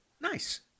Nice